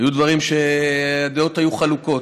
היו דברים שהדעות היו חלוקות.